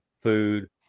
food